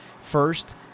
First